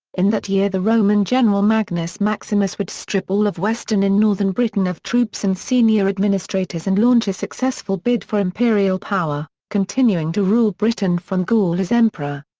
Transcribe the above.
in that year the roman general magnus maximus would strip all of western and northern britain of troops and senior administrators and launch a successful bid for imperial power, continuing to rule britain from gaul as emperor.